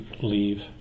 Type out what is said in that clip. leave